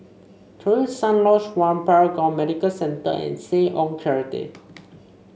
Terusan Lodge One Paragon Medical Center and Seh Ong Charity